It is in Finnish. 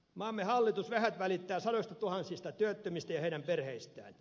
maamme hallitus vähät välittää sadoistatuhansista työttömistä ja heidän perheistään